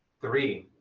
three.